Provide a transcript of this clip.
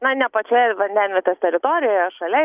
na ne pačioje vandenvietės teritorijoje o šalia